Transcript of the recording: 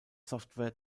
software